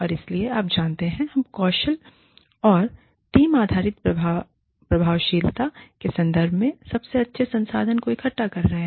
और इसलिए आप जानते हैंहम कौशल और टीम आधारित प्रभावशीलता के संदर्भ में सबसे अच्छे संसाधनों को इकट्ठा कर रहे हैं